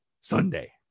Sunday